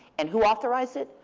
and who authorized it?